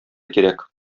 кирәк